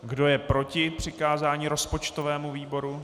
Kdo je proti přikázání rozpočtovému výboru?